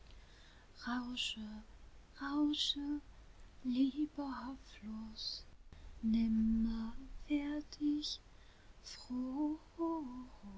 rausche rausche lieber fluß nimmer werd ich froh